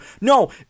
No